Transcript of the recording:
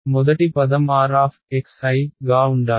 మొదటి పదం r గా ఉండాలి